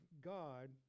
God